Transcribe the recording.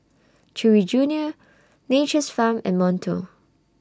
Chewy Junior Nature's Farm and Monto